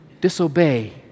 disobey